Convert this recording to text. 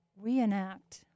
reenact